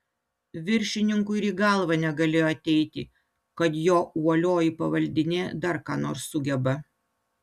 viršininkui ir į galvą negalėjo ateiti kad jo uolioji pavaldinė dar ką nors sugeba